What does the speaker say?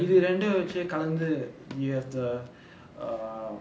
இது ரெண்டு வெச்சு கலந்து:ithu rendu vechu kalanthu you have the err